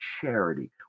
charity